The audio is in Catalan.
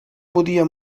podia